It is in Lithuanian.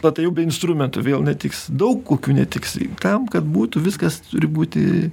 na tai jau be instrumentų vėl netiks daug kokių netiks tam kad būtų viskas turi būti